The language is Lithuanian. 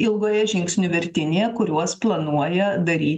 ilgojo žingsnių virtinė kuriuos planuoja dary